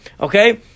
Okay